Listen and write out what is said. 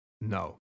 No